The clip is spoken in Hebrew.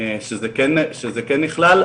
שזה כן נכלל,